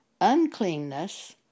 uncleanness